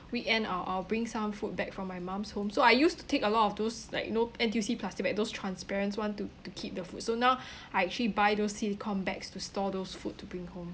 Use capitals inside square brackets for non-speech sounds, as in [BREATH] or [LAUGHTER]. weekend I'll I'll bring some food back from my mum's home so I used to take a lot of those like you know N_T_U_C plastic bag those transparents one to to keep the food so now [BREATH] I actually buy those silicone bags to store those food to bring home